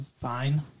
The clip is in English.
fine